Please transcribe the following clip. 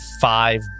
five